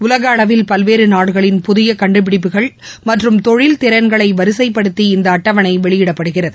உலக அளவில் பல்வேறு நாடுகளின் புதிய கண்டுபிடிப்புகள் மற்றும் தொழில் திறன்களை வரிசைப்படுத்தி இந்த அட்டவணை வெளியிடப்படுகிறது